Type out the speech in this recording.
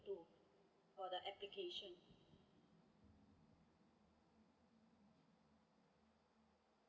to for the application